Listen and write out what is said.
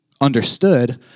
understood